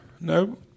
no